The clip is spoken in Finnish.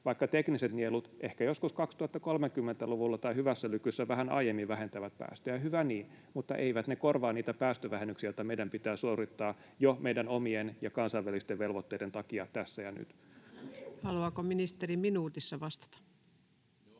että tekniset nielut ehkä joskus 2030-luvulla tai hyvässä lykyssä vähän aiemmin vähentävät päästöjä — hyvä niin, mutta eivät ne korvaa niitä päästövähennyksiä, joita meidän pitää suorittaa jo meidän omien ja kansainvälisten velvoitteiden takia tässä ja nyt. Haluaako ministeri minuutissa vastata?